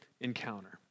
encounter